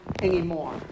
anymore